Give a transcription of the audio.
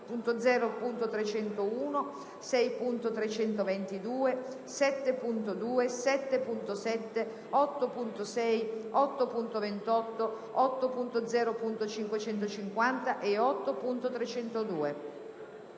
6.0.301, 6.322, 7.2, 7.7, 8.6, 8.28, 8.0.550 e 8.302.